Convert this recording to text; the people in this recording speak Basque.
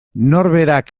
norberak